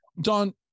Don